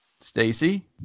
Stacy